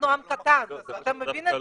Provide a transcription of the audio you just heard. אנחנו עם קטן, אתה מבין את זה?